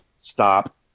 stop